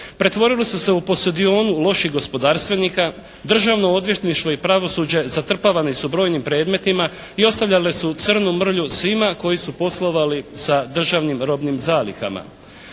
pretvorile su se u posudionu loših gospodarstvenih, Državno odvjetništvo i pravosuđe zatrpavani su brojnim predmetima i ostavljale su crnu mrlju svima koji su poslovali sa državnim robnim zalihama.